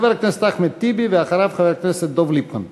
חבר הכנסת אחמד טיבי, ואחריו, חבר הכנסת דב ליפמן.